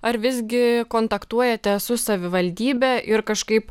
ar visgi kontaktuojate su savivaldybe ir kažkaip